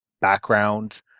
background